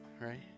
right